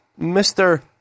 Mr